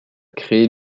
créé